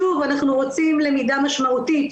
שוב, אנחנו רוצים למידה משמעותית.